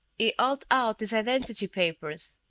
he hauled out his identity papers.